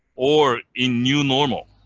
or in new normal.